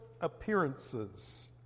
appearances